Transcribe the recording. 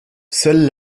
seule